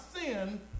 sin